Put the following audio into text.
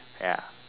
ya